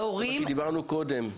מה שדיברנו קודם,